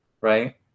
right